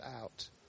out